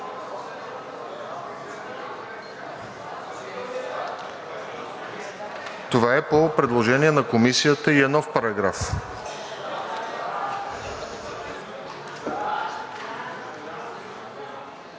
Това е по предложение на Комисията и е нов параграф.